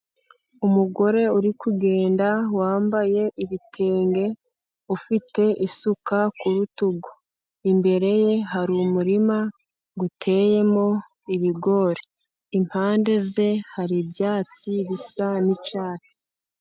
Umugore uri kugenda wambaye ibitenge ufite isuka ku rutugu, imbere ye hari umurima uteyemo ibigori, impande ye hari ibyatsi bisa n'icyatsi.